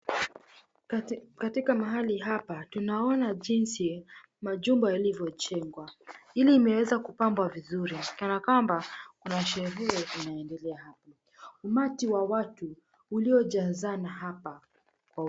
Katika mahali hapa tunaona jinsi majumba yalivyojengwa. Hili imewezwa kupambwa vizuri kana kwamba kuna sherehe inaendelea hapo. Umati wa watu ulijazana hapa kwa...